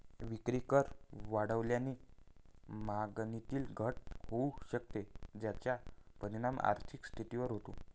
विक्रीकर वाढल्याने मागणीतही घट होऊ शकते, ज्याचा परिणाम आर्थिक स्थितीवर होतो